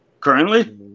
Currently